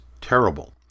terrible